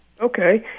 Okay